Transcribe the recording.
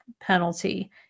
penalty